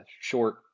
short